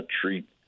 treat